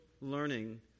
learning